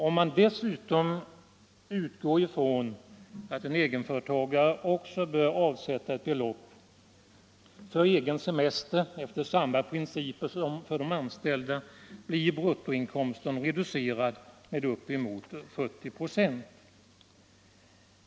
Om man dessutom utgår ifrån att en egenföretagare bör avsätta ett belopp för egen semester efter samma principer som för de anställda, blir bruttoinkomsten reducerad med upp emot 40 96.